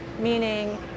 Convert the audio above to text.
meaning